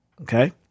Okay